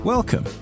Welcome